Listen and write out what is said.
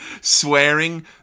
Swearing